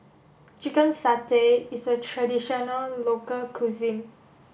chicken satay is a traditional local cuisine